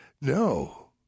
No